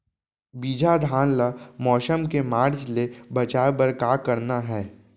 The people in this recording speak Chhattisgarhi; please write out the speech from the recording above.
बिजहा धान ला मौसम के मार्च ले बचाए बर का करना है?